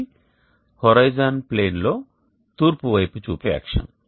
ఇది హోరిజోన్ ప్లేన్లో తూర్పు వైపు చూపే అక్షం